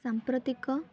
ସାଂପ୍ରତିକ